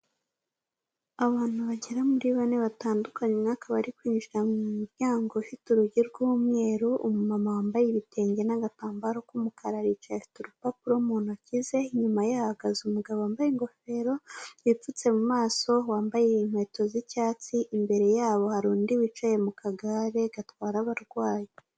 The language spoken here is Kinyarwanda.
Abantu bagera muri bane batandukanyekaba umwe akaba ari kwinjira mu muryango ufite urugi rw'umweru, umamama wambaye ibitenge n'agatambaro k'umukara yicaye afite urupapuro mu ntoki ze, inyuma ye hahagaze umugabo wambaye ingofero yipfutse mu maso wambaye inkweto z'icyatsi, imbere yabo hari undi wicaye mu kagare gatwara abarwayi.